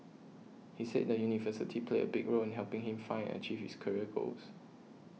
he said the university played a big role in helping him find and achieve his career goals